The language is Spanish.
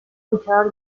luchador